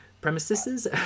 premises